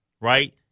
right